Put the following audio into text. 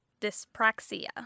dyspraxia